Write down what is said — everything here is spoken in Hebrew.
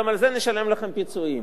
גם על זה נשלם לכם פיצויים.